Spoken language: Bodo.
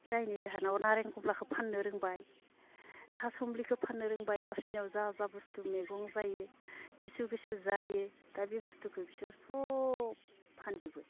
जायनि जाहोनाव नारें कमलाखौ फाननो रोंबाय थासुमलिखौ फाननो रोंबाय गावसोरनियाव जा जा बुस्थु मैगं जायो किसु किसु जायो दा बे बुस्थुखो बिसोर सब फानजुबो